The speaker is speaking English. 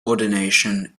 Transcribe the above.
ordination